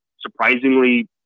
surprisingly